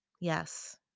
Yes